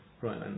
Right